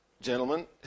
gentlemen